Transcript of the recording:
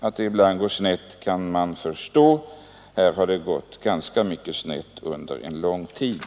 Att det ibland går snett kan man förstå; här har det gått ganska mycket snett under en lång tid.